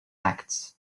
acts